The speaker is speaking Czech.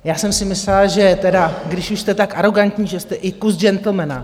Já jsem si myslela, že tedy, když už jste tak arogantní, že jste i kus gentlemana.